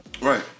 Right